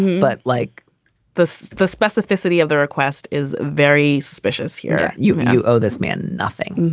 but like this, the specificity of the request is very suspicious here. you mean you owe this man nothing?